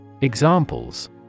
Examples